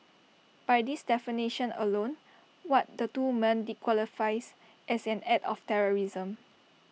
by this definition alone what the two men did qualifies as an act of terrorism